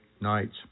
nights